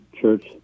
church